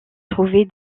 trouver